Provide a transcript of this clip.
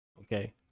Okay